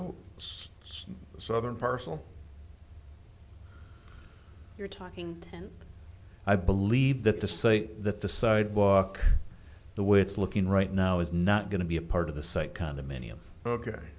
the southern parcel you're talking and i believe that the say that the sidewalk the way it's looking right now is not going to be a part of the site condominium ok